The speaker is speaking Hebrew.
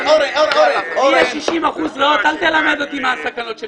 אל תלמד אותי מה הסכנות.